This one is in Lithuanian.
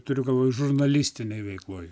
turiu galvoj žurnalistinėj veikloj